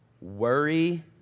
worry